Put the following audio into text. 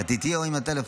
את איתי או עם הטלפון?